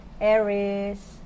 Aries